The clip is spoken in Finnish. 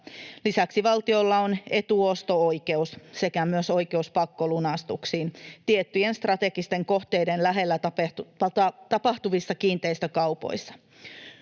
Lisäksi valtiolla on etuosto-oikeus sekä myös oikeus pakkolunastuksiin tiettyjen strategisten kohteiden lähellä tapahtuvissa kiinteistökaupoissa.